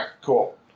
cool